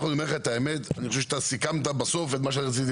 אנחנו שומעים בקשב רב,